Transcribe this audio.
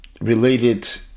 related